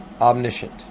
omniscient